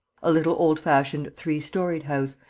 a little old-fashioned, three-storied house,